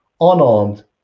unarmed